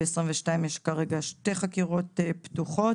ב-2022 יש כרגע שתי חקירות פתוחות.